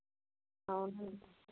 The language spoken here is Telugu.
అవును